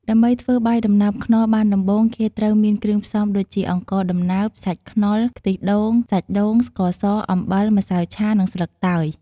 ដើម្បីធ្វើបាយដំណើបខ្នុរបានដំបូងគេត្រូវមានគ្រឿងផ្សំដូចជា អង្ករដំណើប សាច់ខ្នុរ ខ្ទិះដូង សាច់ដូង ស្ករស អំបិល ម្សៅឆា និងស្លឹកតើយ។